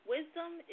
Wisdom